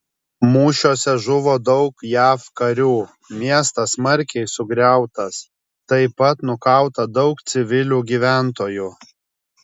mūšiuose žuvo daug jav karių miestas smarkiai sugriautas taip pat nukauta daug civilių gyventojų